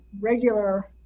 regular